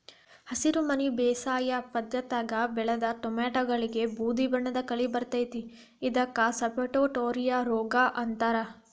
ಹಸಿರುಮನಿ ಬೇಸಾಯ ಪದ್ಧತ್ಯಾಗ ಬೆಳದ ಟೊಮ್ಯಾಟಿಗಳಿಗೆ ಬೂದಿಬಣ್ಣದ ಕಲಿ ಬರ್ತೇತಿ ಇದಕ್ಕ ಸಪಟೋರಿಯಾ ರೋಗ ಅಂತಾರ